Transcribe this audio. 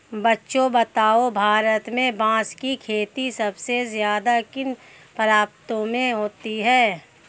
बच्चों बताओ भारत में बांस की खेती सबसे ज्यादा किन प्रांतों में होती है?